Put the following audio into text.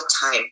time